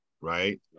right